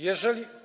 Jeżeli.